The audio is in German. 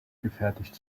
gefertigt